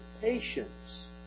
patience